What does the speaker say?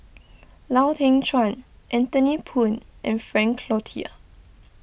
Lau Teng Chuan Anthony Poon and Frank Cloutier